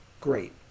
great